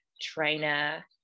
trainer